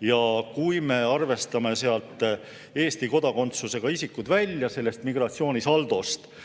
Ja kui me arvestame Eesti kodakondsusega isikud välja sellest migratsioonisaldost,